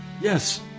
Yes